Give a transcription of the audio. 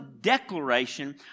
declaration